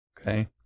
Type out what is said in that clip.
Okay